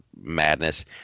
madness